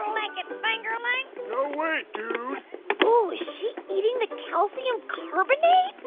like it, fingerling no way, dude oh, is she eating the calcium carbonate?